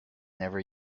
never